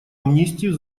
амнистию